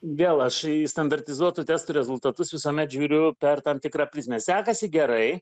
vėl aš į standartizuotų testų rezultatus visuomet žiūriu per tam tikrą prizmę sekasi gerai